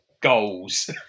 goals